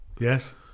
yes